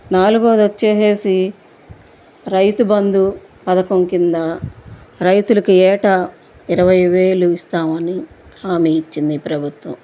నాలుగోది వచ్చేసేసి రైతుబంధు పథకం కింద రైతులకి ఏటా ఇరవై వేలు ఇస్తామని హామీ ఇచ్చింది ప్రభుత్వం